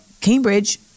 Cambridge